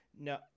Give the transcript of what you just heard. No